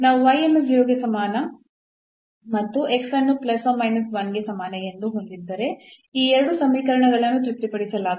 ನಾವು ಅನ್ನು 0 ಗೆ ಸಮಾನ ಮತ್ತು ಅನ್ನು ಸಮಾನ ಎಂದು ಹೊಂದಿದ್ದರೆ ಈ ಎರಡು ಸಮೀಕರಣಗಳನ್ನು ತೃಪ್ತಿಪಡಿಸಲಾಗುತ್ತದೆ